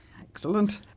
Excellent